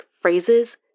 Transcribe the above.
phrases